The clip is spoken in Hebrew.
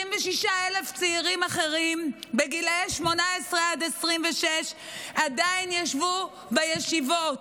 66,000 צעירים אחרים בגילי 18 עד 26 עדיין ישבו בישיבות.